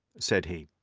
said he.